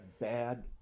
bad